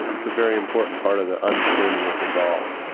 it's a very important part of the understanding what's involved.